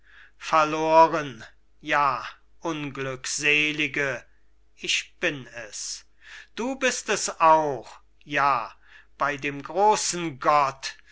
verloren ja unglückselige ich bin es du bist es auch ja bei dem großen gott